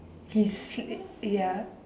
his ya